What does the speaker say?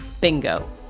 bingo